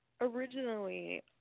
originally